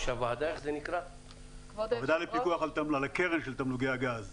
הוועדה על הפיקוח על הקרן של תמלוגי הגז.